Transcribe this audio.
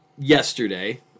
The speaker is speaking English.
yesterday